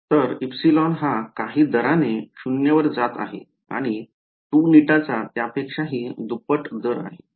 तर εहा काही दराने 0 वर जात आहे आणि 2ηचा त्यापेक्षाहि दुप्पट दर आहे